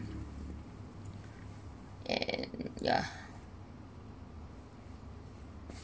yeah